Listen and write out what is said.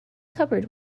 cupboard